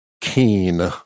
keen